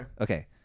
Okay